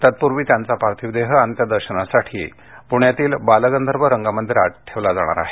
तत्पूर्वी त्यांचा पार्थिव देह अंत्यदर्शनासाठी पुण्यात बालगंधर्व रंगमंदिरात ठेवला जाणार आहे